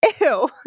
ew